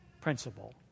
principle